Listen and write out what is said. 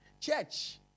Church